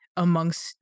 amongst